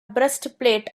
breastplate